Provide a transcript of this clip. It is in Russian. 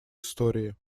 истории